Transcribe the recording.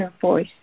voice